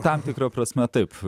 tam tikra prasme taip